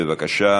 בבקשה.